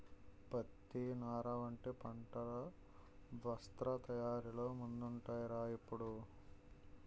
పత్తి, నార వంటి పంటలు వస్త్ర తయారీలో ముందుంటాయ్ రా ఎప్పుడూ